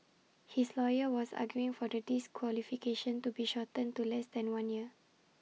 his lawyer was arguing for the disqualification to be shortened to less than one year